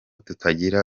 tugira